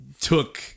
took